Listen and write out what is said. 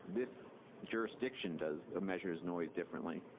this jurisdiction does ah measure noise differently,